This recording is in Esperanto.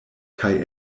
kaj